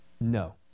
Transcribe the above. no